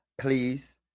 please